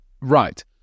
Right